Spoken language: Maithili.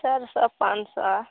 चारि सओ पाँच सओ अँए